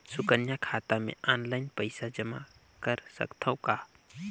सुकन्या खाता मे ऑनलाइन पईसा जमा कर सकथव का?